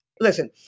Listen